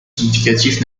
significatif